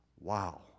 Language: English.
Wow